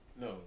No